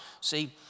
See